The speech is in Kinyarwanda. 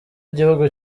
gihugu